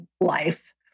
life